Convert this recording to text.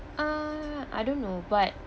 uh I don't know but